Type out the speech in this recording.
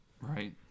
Right